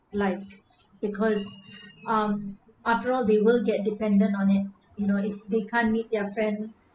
lives because um after all they will get dependent on it you know if they can't meet their friends